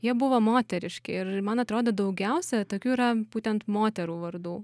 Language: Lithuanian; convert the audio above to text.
jie buvo moteriški ir man atrodo daugiausia tokių yra būtent moterų vardų